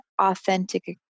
authentic